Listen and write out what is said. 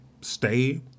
stay